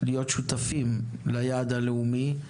להיות שותפים ליעד הלאומי,